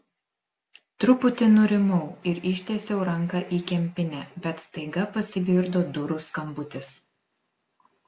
truputį nurimau ir ištiesiau ranką į kempinę bet staiga pasigirdo durų skambutis